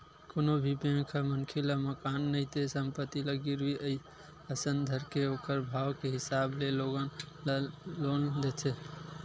कोनो भी बेंक ह मनखे ल मकान नइते संपत्ति ल गिरवी असन धरके ओखर भाव के हिसाब ले लोगन ल लोन देथे